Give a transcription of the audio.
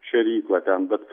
šėryklą ten bet